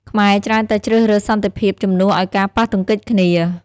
ខ្មែរច្រើនតែងជ្រើសរើសសន្តិភាពជំនួសឲ្យការប៉ះទង្គិចគ្នា។